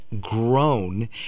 grown